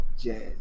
Jazz